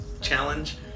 challenge